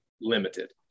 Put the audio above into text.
limited